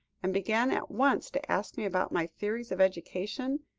and began at once to ask me about my theories of education.